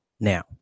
Now